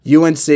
UNC